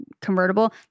convertible